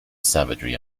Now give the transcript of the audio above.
savagery